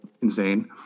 insane